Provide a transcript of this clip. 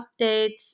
updates